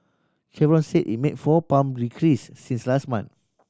Chevron said it made four pump decrease since last month